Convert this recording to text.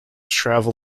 travel